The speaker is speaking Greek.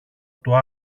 του